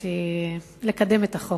התביישתי לקדם את החוק.